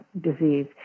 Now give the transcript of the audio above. disease